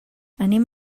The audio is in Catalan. anem